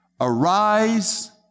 Arise